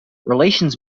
relations